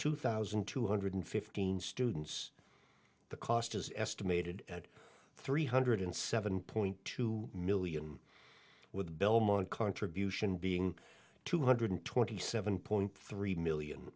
two thousand two hundred fifteen students the cost is estimated at three hundred seven point two million with belmont contribution being two hundred twenty seven point three million